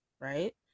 right